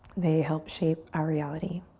they help shape our reality.